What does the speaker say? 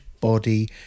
body